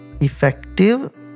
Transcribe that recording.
Effective